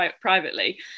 privately